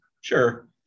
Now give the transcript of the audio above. sure